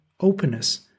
openness